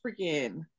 freaking